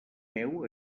meu